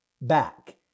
back